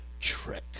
trick